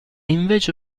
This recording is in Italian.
invece